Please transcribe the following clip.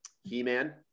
He-Man